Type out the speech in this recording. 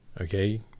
okay